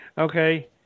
Okay